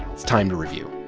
it's time to review